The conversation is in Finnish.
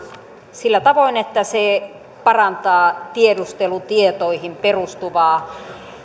sillä tavoin että se parantaa tiedustelutietoihin perustuvaa